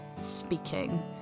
speaking